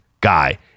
guy